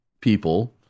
people